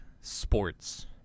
sports